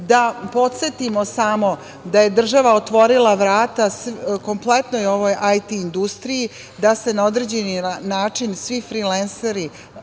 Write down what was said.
Da podsetimo samo da je država otvorila vrata kompletnoj ovoj IT industriji, da se na određeni način svi frilenseri